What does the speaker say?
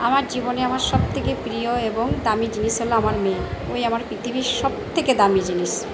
আমার জীবনে আমার সব থেকে প্রিয় এবং দামি জিনিস হল আমার মেয়ে মেয়ে আমার পৃথিবীর সবথেকে দামি জিনিস